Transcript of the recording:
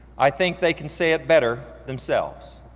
i think they can say it better themselves.